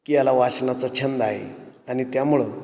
की याला वाचनाचा छंद आहे आणि त्यामुळं